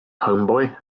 homeboy